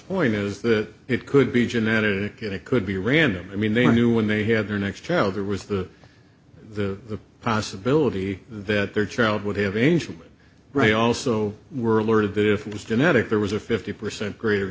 point is that it could be genetic it could be random i mean they knew when they had their next child or with the the possibility that their child would have angel ray also were alerted that if it was genetic there was a fifty percent greater